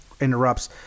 interrupts